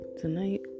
Tonight